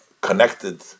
Connected